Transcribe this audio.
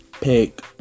pick